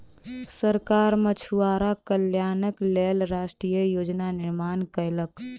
सरकार मछुआरा कल्याणक लेल राष्ट्रीय योजना निर्माण कयलक